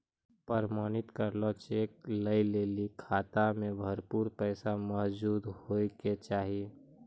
प्रमाणित करलो चेक लै लेली खाता मे भरपूर पैसा मौजूद होय के चाहि